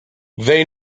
they